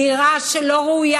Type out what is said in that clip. דירה שלא ראויה,